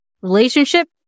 relationship